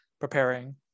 preparing